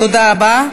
תודה רבה.